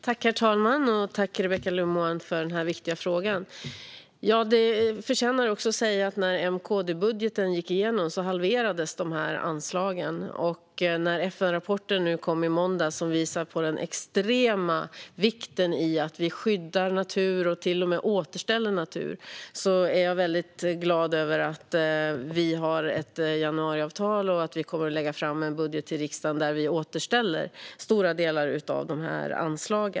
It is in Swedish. Herr talman! Jag tackar Rebecka Le Moine för en viktig fråga. Låt mig påminna om att när M-KD-budgeten gick igenom halverades dessa anslag. När nu FN-rapporten, som kom i måndags, visar hur extremt viktigt det är att skydda och till och med återställa natur gläder det mig mycket att vi har ett januariavtal och att vi kommer att kunna lägga fram en budget i riksdagen där vi återställer stora delar av dessa anslag.